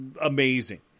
amazing